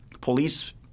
police